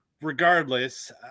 regardless